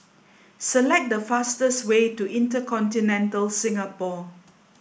select the fastest way to InterContinental Singapore